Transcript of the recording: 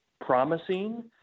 promising